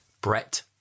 brett